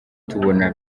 tubona